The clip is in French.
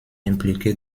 impliqué